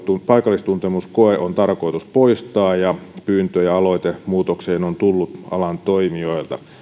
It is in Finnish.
paikallistuntemuskoe on tarkoitus poistaa ja pyyntö ja aloite muutokseen on tullut alan toimijoilta